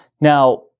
Now